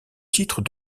titre